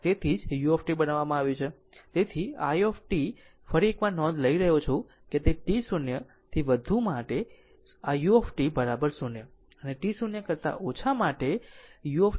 તેથી તેથી જ u બનાવવામાં આવ્યું છે તેથી i t ફરી એક વાર નોંધ લખી રહ્યો છું કે t 0 થી વધુ માટે0 u 0 અને t 0 કરતા ઓછા માટે u 1 છે